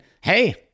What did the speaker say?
hey